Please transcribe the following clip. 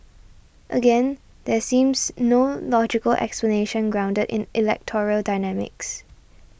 again there seems no logical explanation grounded in electoral dynamics